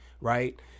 right